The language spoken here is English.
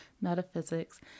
metaphysics